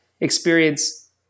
experience